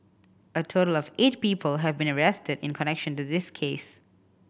a total of eight people have been arrested in connection to this case